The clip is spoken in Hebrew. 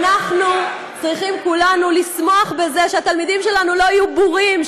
אנחנו צריכים כולנו לשמוח שהתלמידים שלנו לא יהיו בורים,